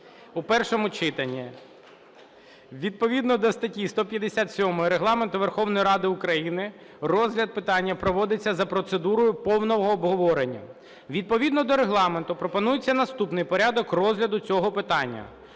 у першому читанні. Відповідно до статті 157 Регламенту Верховної Ради України розгляд питання проводиться за процедурою повного обговорення. Відповідно до Регламенту пропонується наступний порядок розгляду цього питання: